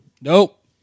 nope